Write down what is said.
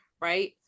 Right